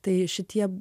tai šitie